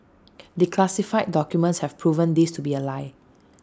declassified documents have proven this to be A lie